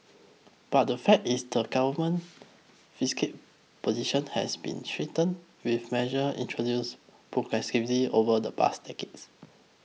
but the fact is the Government fiscal position has been strengthened with measure introduce progressively over the past decades